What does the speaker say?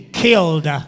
killed